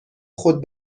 خود